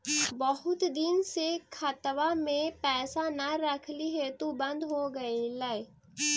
बहुत दिन से खतबा में पैसा न रखली हेतू बन्द हो गेलैय?